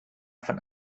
von